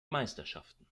meisterschaften